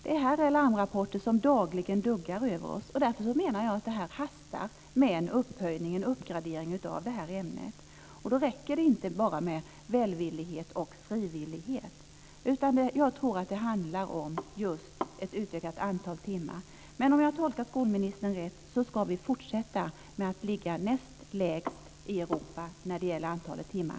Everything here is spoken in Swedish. Det här är larmrapporter som duggar över oss dagligen. Därför hastar det med en uppgradering av ämnet. Då räcker det inte med välvillighet och frivillighet utan det handlar om ett utökat antal timmar. Om jag tolkar skolministern rätt ska vi fortsätta att ligga näst lägst i Europa när det gäller antalet timmar.